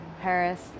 Paris